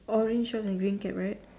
orange one and green cap right